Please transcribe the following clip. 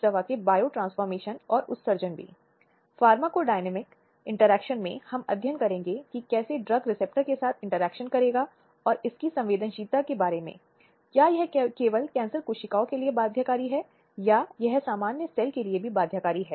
अब यह अपराध 1860 के भारतीय दंड संहिता के अध्याय 16 में शरीर को प्रभावित करने वाले अपराध शीर्षक के तहत अपराध सूचीबद्ध है